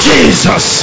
Jesus